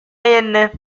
என்ன